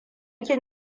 kin